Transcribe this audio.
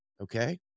Okay